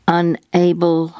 unable